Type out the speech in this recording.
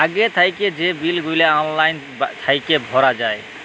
আগে থ্যাইকে যে বিল গুলা অললাইল থ্যাইকে ভরা যায়